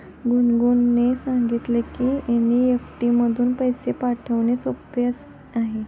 गुनगुनने सांगितले की एन.ई.एफ.टी मधून पैसे पाठवणे सोपे आहे